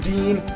Dean